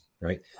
right